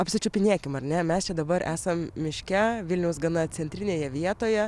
apčiupinėkim ar ne mes čia dabar esam miške vilniaus gana centrinėje vietoje